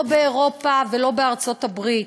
לא באירופה ולא בארצות-הברית.